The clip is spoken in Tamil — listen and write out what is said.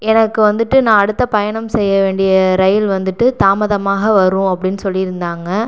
எனக்கு வந்துட்டு நான் அடுத்த பயணம் செய்ய வேண்டிய ரயில் வந்துட்டு தாமதமாக வரும் அப்படின் சொல்லியிருந்தாங்க